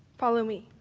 follow me.